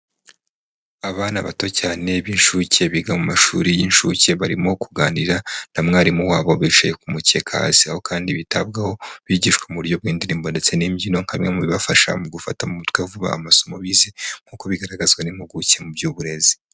Abana bato cyane b'incuke biga mu mashuri y'incuke, barimo kuganira na mwarimu wabo, bicaye ku mukeka hasi, kandi bitabwaho, bigishwa mu buryo bw'indirimbo ndetse n'imbyino nka bimwe mu bibafasha mu gufata mu mutwe vuba amasomo bize, nk'uko bigaragazwa n'impuguke mu by'uburezi.